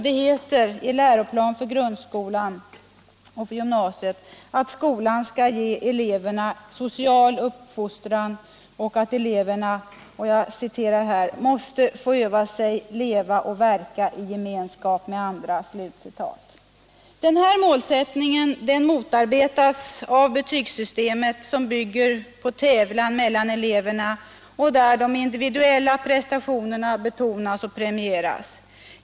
Det heter i Läroplan för grundskolan och för gymnasiet att skolan skall ge eleverna social fostran och att eleverna ”måste få öva sig leva och verka i gemenskap med andra”. Denna målsättning motarbetas av betygssystemet som bygger på tävlan mellan eleverna där de individuella prestationerna betonas och premieras.